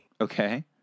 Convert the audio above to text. Okay